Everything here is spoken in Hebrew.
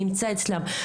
שנמצא אצלם.